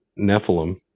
nephilim